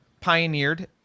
pioneered